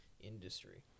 industry